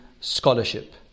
scholarship